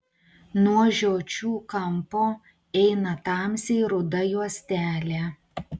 nuo žiočių kampo eina tamsiai ruda juostelė